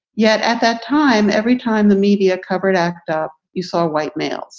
yet at that time, every time the media covered act up, you saw white males